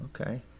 Okay